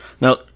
Now